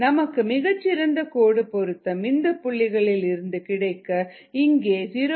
நமக்கு மிகச்சிறந்த கோடு பொருத்தம் இந்த புள்ளிகளில் இருந்து கிடைக்க இங்கே 0